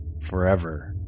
forever